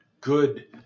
good